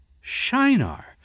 Shinar